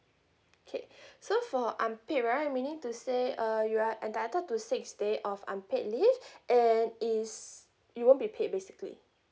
okay so for unpaid right meaning to say uh you are entitled to six days of unpaid leave and is it won't be paid basically